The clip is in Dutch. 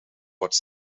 wordt